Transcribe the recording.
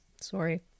sorry